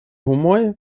homoj